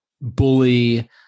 bully